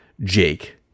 jake